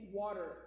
water